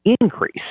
increase